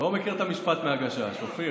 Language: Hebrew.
אתה לא מכיר את המשפט מהגשש, אופיר.